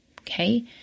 Okay